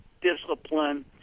discipline